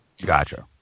Gotcha